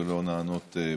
ולא נענות בזמן,